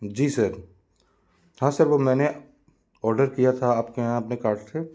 जी sir हाँ sir वो मैंने ओडर किया था आप के यहाँ अपने कार्ट से